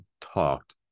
talked